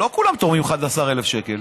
לא כולם תורמים 11,000 שקל.